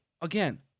again